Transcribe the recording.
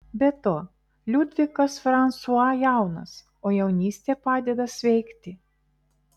be to liudvikas fransua jaunas o jaunystė padeda sveikti